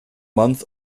month